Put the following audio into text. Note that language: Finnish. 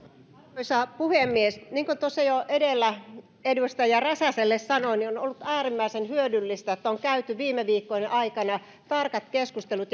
arvoisa puhemies niin kuin tuossa jo edellä edustaja räsäselle sanoin on ollut äärimmäisen hyödyllistä että on käyty viime viikkojen aikana tarkat keskustelut